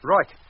Right